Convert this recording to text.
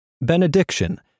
Benediction